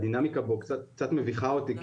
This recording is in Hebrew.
הדינמיקה בו קצת מביכה אותי,